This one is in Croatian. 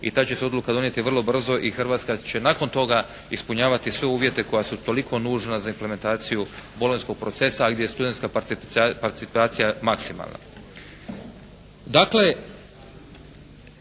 i ta će se odluka donijeti vrlo brzo i Hrvatska će nakon toga ispunjavati sve uvjete koja su toliko nužna za implementaciju "Bolonjskog procesa" gdje studentska participacija je maksimalna.